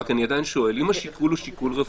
רק אני עדיין שואל אם השיקול הוא שיקול רפואי,